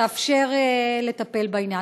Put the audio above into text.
יתאפשר לטפל בעניין.